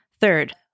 Third